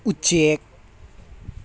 ꯎꯆꯦꯛ